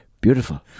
beautiful